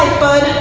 bud.